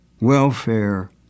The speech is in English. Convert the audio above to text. welfare